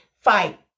fight